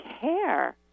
care